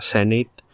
Senate